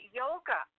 yoga